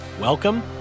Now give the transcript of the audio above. welcome